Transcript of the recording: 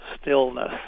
stillness